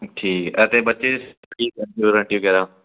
ਠੀਕ ਅਤੇ ਬੱਚੇ